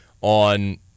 on